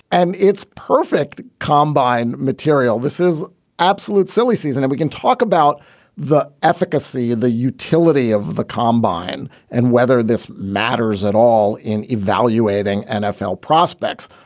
and it's perfect. combine material. this is absolute silly season and we can talk about the efficacy of the utility of the combine and whether this matters at all. in evaluating nfl prospects,